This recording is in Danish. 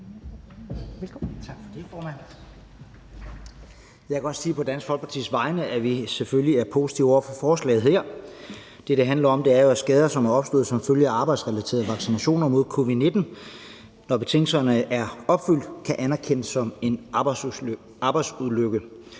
Jeg kan også sige på Dansk Folkepartis vegne, at vi selvfølgelig er positive over for forslaget her. Det, det handler om, er jo, at skader, som er opstået som følge af arbejdsrelaterede vaccinationer mod covid-19, kan anerkendes som en arbejdsulykke,